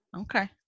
Okay